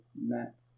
met